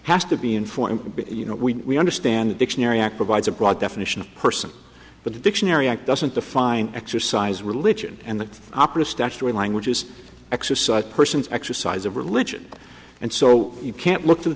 has to be informed you know we understand the dictionary act provides a broad definition of person but the dictionary act doesn't define exercise religion and the opera statutory language is exercised persons exercise of religion and so you can't look through the